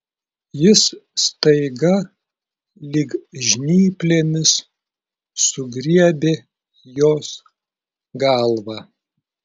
jis staiga lyg žnyplėmis sugriebė jos galvą